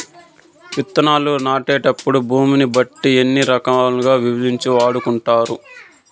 విత్తనాలు నాటేటప్పుడు భూమిని బట్టి ఎన్ని రకాలుగా విభజించి వాడుకుంటారు?